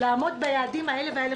לעמוד ביעדים האלה והאלה,